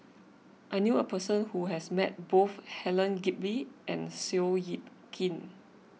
I knew a person who has met both Helen Gilbey and Seow Yit Kin